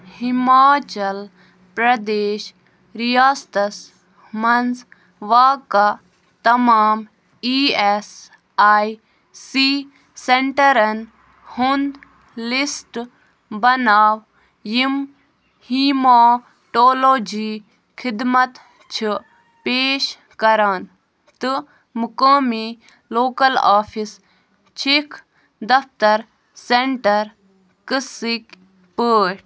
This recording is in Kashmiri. ہِماچل پرٛدیش رِیاستس مَنٛز واقعہ تمام ای ایس آی سی سینٹرَن ہُنٛد لسٹ بناو یِم ہیٖماٹولوجی خِدمت چھُ پیش کران تہٕ مُقٲمی لوکل آفِس چھِکھ دفتر سینٹر قٕسٕک پٲٹھۍ